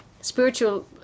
spiritual